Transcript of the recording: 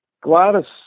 Gladys